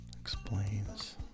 explains